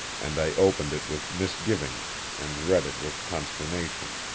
and i opened it with misgivings and read it with consternation.